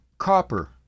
Copper